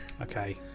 Okay